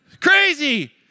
Crazy